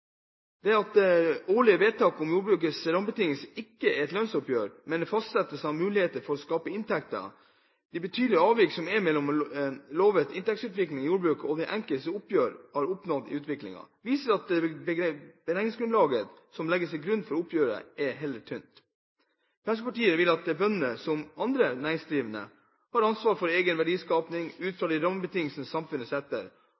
budsjettbehandlingen. De årlige vedtak om jordbrukets rammebetingelser er ikke et lønnsoppgjør, men en fastsettelse av muligheter for å skape inntekter. De betydelige avvik som er mellom lovet inntektsutvikling i jordbruket i de enkelte oppgjør og oppnådd utvikling, viser at beregningsgrunnlaget som legges til grunn for oppgjøret, er heller tynt. Fremskrittspartiet vil at bønder, som andre næringsdrivende, skal ha ansvar for egen verdiskaping ut